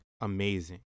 amazing